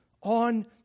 On